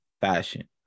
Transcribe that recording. fashion